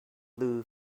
blue